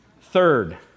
Third